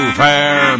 fair